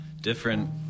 different